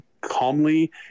calmly